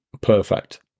perfect